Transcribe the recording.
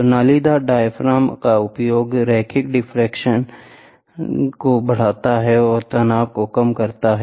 तो नालीदार डायाफ्राम का उपयोग रैखिक डिफलेक्शन को बढ़ाता है और तनाव को कम करता है